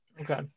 Okay